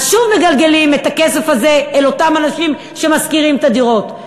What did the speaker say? אז שוב מגלגלים את הכסף הזה אל אותם אנשים ששוכרים את הדירות.